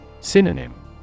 Synonym